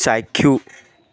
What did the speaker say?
চাক্ষুষ